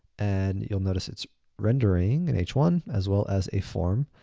and you'll notice it's rendering an h one as well as a form.